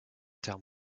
terme